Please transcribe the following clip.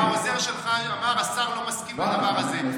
והעוזר שלך אמר שהשר לא מסכים לדבר הזה,